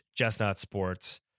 JustNotSports